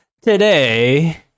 Today